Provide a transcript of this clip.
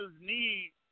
need